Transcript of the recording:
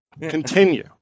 Continue